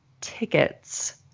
tickets